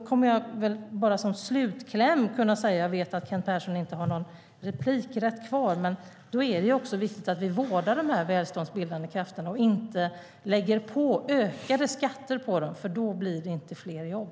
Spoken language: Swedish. Som slutkläm kommer jag att kunna säga - jag vet att Kent Persson inte har någon replik kvar - att det också är viktigt att vi vårdar de välståndsbildande krafterna och inte lägger på ökade skatter på dem. Då blir det nämligen inte fler jobb.